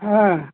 অঁ